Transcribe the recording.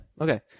Okay